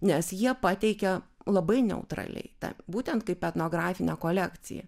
nes jie pateikia labai neutraliai tą būtent kaip etnografinę kolekciją